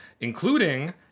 including